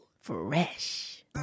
Fresh